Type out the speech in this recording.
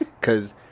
cause